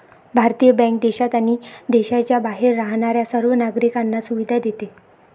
भारतीय बँक देशात आणि देशाच्या बाहेर राहणाऱ्या सर्व नागरिकांना सुविधा देते